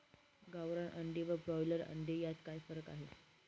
गावरान अंडी व ब्रॉयलर अंडी यात काय फरक आहे?